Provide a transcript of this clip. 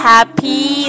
Happy